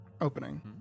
opening